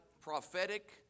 prophetic